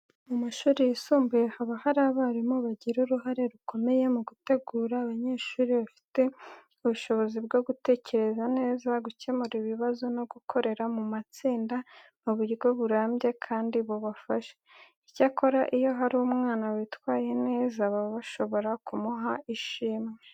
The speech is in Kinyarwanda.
Mu mashuri yisumbuye haba hari abarimu bagira uruhare rukomeye mu gutegura abanyeshuri bafite ubushobozi bwo gutekereza neza, gukemura ibibazo no gukorera mu matsinda mu buryo burambye kandi bubafasha. Icyakora iyo hari umwana witwaye neza, baba bashobora kumuha ishimwe.